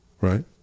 right